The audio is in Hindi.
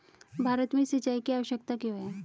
भारत में सिंचाई की आवश्यकता क्यों है?